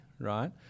right